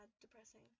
depressing